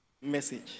message